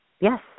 Yes